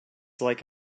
like